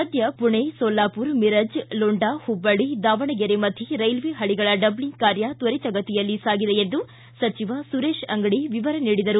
ಸದ್ದ ಪುಣೆ ಸೊಲ್ಲಾಪುರ್ ಮೀರಜ್ ಲೋಂಡಾ ಹುಬ್ಬಳ್ಳಿ ದಾವಣಗೆರೆ ಮಧ್ಯೆ ರೈಲ್ವೇ ಹಳಗಳ ಡಬಲಿಂಗ್ ಕಾರ್ಯ ತ್ವರಿತಗತಿಯಲ್ಲಿ ಸಾಗಿದೆ ಎಂದು ಸಚಿವ ಸುರೇಶ ಅಂಗಡಿ ವಿವರ ನೀಡಿದರು